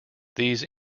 these